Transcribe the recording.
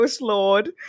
lord